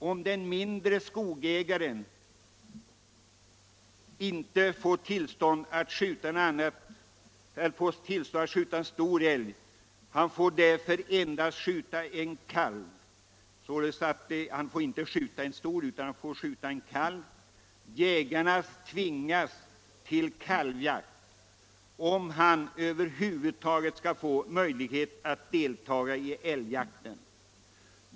Om ägarna till mindre skogar inte får tillstånd att skjuta en stor älg — och således endast får skjuta en kalv — tvingas dessa jägare till kalvjakt om de över huvud taget skall få möjlighet att delta i älgjakten.